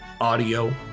audio